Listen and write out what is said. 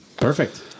Perfect